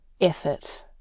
effort